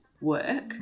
work